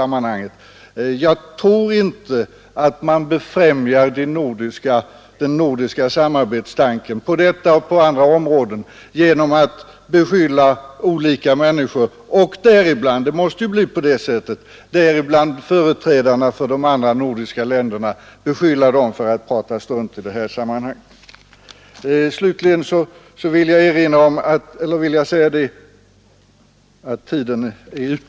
Man befrämjar inte den nordiska samarbetstanken på detta och andra områden genom att beskylla olika människor — däribland företrädare för de andra nordiska länderna, det måste ju bli så för att prata strunt.